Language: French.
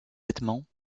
vêtements